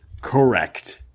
correct